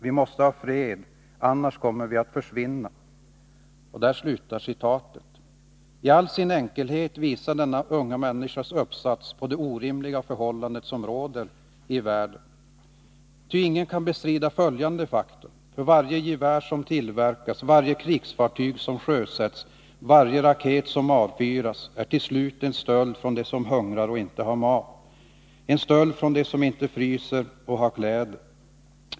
Vi måste ha fred, annars kommer vi att försvinna.” I all sin enkelhet visar denna unga människas uppsats på det orimliga förhållande som råder i världen. Ty ingen kan bestrida följande faktum: Varje gevär som tillverkas, varje krigsfartyg som sjösätts, varje raket som avfyras är till slut en stöld från dem som hungrar och inte har mat, en stöld från dem som fryser och inte har kläder.